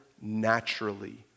naturally